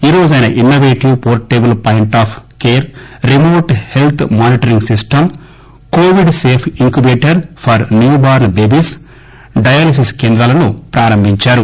ఈరోజు ఆయన innovative portable point of care remote health monitoring system COVID safe incubator for newborns babies dialysis కేంద్రాన్ని ప్రారంభించారు